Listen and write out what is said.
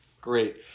Great